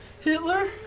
Hitler